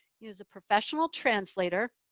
use a professional translator.